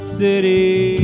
city